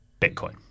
Bitcoin